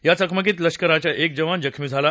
या चकमकीत लष्कराचा एक जवान जखमी झाला